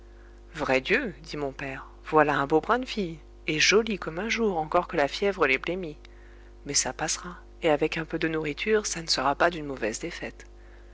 vrai dieu dit mon père voilà un beau brin de fille et jolie comme un jour encore que la fièvre l'ait blêmie mais ça passera et avec un peu de nourriture ça ne sera pas d'une mauvaise défaite